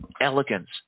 elegance